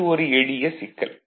இது ஒரு எளிய சிக்கல்